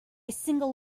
single